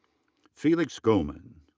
felix goemann.